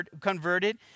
converted